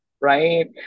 right